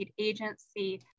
agency